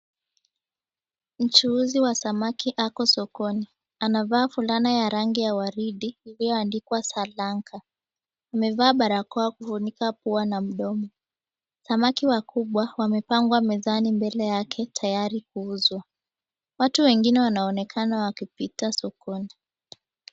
Mchuuzi wa samaki ako sokoni, amevaa fulana ya rangi ya waridi iliyoandikwa Sri Lanka. Amevaa barakoa kufunika pua na mdomo. Samaki wakubwa wamepangwa mbele yake tayari kuuzwa. Watu wengine wanaonekana wakipita sokoni.